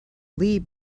lee